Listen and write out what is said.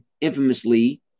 infamously